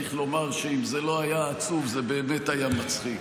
צריך לומר שאם זה לא היה עצוב, זה באמת היה מצחיק.